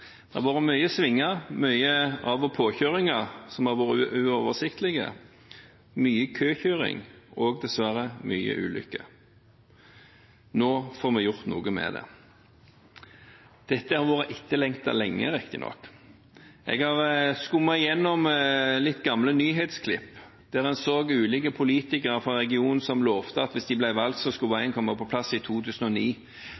Det har vært mye svinger, mye av- og påkjøringer som har vært uoversiktlige, mye køkjøring og – dessverre – mye ulykker. Nå får vi gjort noe med det. Dette har vært etterlengtet lenge, riktignok. Jeg har skummet igjennom litt gamle nyhetsklipp, der en ser ulike politikere fra regionen som lovet at hvis de ble valgt, skulle